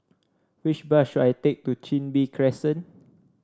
which bus should I take to Chin Bee Crescent